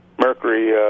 Mercury